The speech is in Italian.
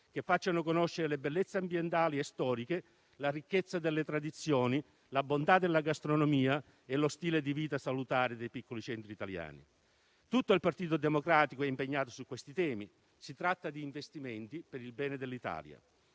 che facciano conoscere le bellezze ambientali e storiche, la ricchezza delle tradizioni, la bontà della gastronomia e lo stile di vita salutare dei piccoli centri italiani. Tutto il Partito Democratico è impegnato su questi temi, in quanto si tratta di investimenti per il bene dell'Italia.